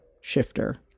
shifter